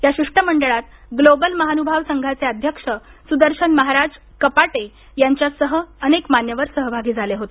या शिष्टमंडळात ग्लोबल महान्भाव संघाचे अध्यक्ष सुदर्शन महाराज कपाटे यांच्यासह अनेक मान्यवर सहभागी झाले होते